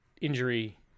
injury